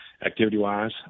Activity-wise